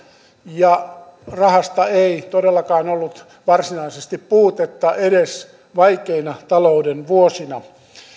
ja rahasta ei todellakaan ollut varsinaisesti puutetta edes vaikeina talouden vuosina